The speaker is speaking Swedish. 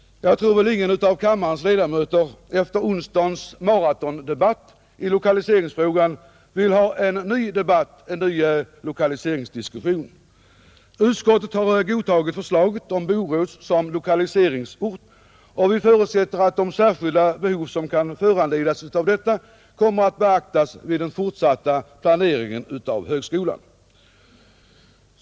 Jag tror att ingen av kammarens ledamöter efter onsdagens maratondebatt i lokaliseringfrågan vill ha en ny lokaliseringsdiskussion. Utskottet har godtagit förslaget om Borås som lokaliseringsort, och vi förutsätter att de särskilda behov som kan föranledas av detta kommer att beaktas vid den fortsatta planeringen av högskolan.